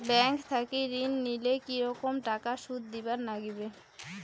Bank থাকি ঋণ নিলে কি রকম টাকা সুদ দিবার নাগিবে?